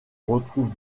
retrouve